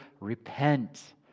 repent